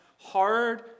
Hard